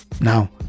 Now